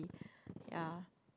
ya